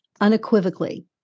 unequivocally